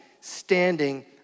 standing